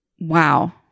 Wow